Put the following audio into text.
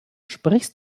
sprichst